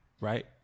right